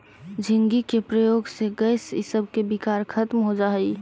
झींगी के प्रयोग से गैस इसब विकार खत्म हो जा हई